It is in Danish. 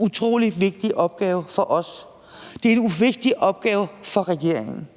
utrolig vigtig opgave for os – det er en vigtig opgave for regeringen.